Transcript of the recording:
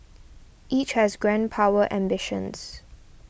each has grand power ambitions